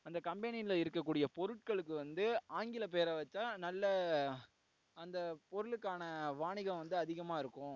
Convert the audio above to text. அந்த கம்பெனியில் இருக்க கூடிய பொருட்களுக்கு வந்து ஆங்கில பேரை வைச்சா நல்லா அந்த பொருளுக்கான வணிகம் வந்து அதிகமாக இருக்கும்